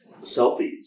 selfies